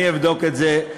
אני אבדוק את זה,